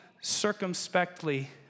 circumspectly